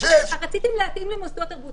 6 --- רציתם להתאים למוסדות תרבות,